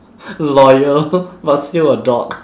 loyal but still a dog